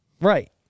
Right